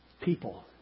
people